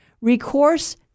Recourse